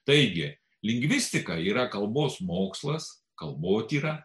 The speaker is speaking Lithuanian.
taigi lingvistika yra kalbos mokslas kalbotyra